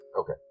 Okay